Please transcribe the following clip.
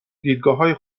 دیدگاههای